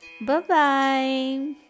bye-bye